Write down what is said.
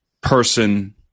person